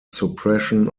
suppression